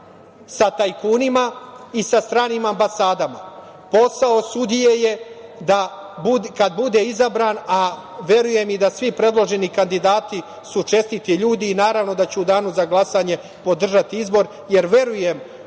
sa tajkunima i sa stranim ambasada. Posao sudije je da kad bude izabran, a verujem i da svi predloženi kandidati su čestiti ljudi i naravno da ću u Danu za glasanje podržati izbor, jer verujem